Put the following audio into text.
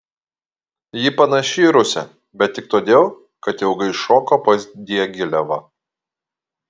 ji panaši į rusę bet tik todėl kad ilgai šoko pas diagilevą